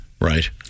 right